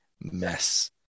mess